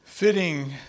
Fitting